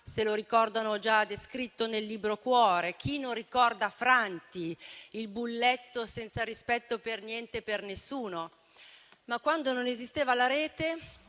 se lo ricordano già descritto nel libro «Cuore». Chi non ricorda Franti, il bulletto senza rispetto per niente e per nessuno? Quando però non esisteva la rete,